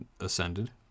ascended